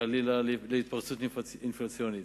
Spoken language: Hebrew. חלילה להתפרצות אינפלציונית,